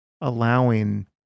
allowing